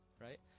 right